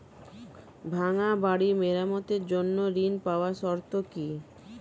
ভাঙ্গা বাড়ি মেরামতের জন্য ঋণ পাওয়ার শর্ত কি?